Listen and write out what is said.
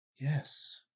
Yes